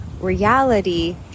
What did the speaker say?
reality